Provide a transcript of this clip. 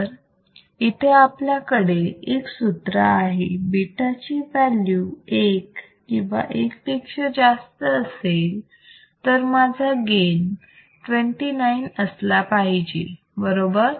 तर इथे आपल्याकडे सूत्र आहे β चि व्हॅल्यू एक किंवा एक पेक्षा जास्त असेल तर माझा गेन 29 असला पाहिजे बरोबर